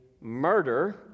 murder